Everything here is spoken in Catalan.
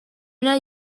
una